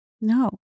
No